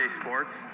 Sports